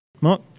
Mark